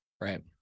right